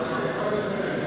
אתה יכול לצרף את קולי.